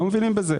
לא מבינים בזה.